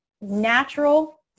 natural